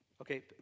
Okay